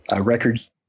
Records